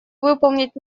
выполнить